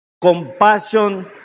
Compassion